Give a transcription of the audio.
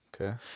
Okay